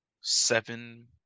Seven